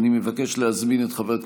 אדוני היושב-ראש, כבוד סגן השר, חבריי חברי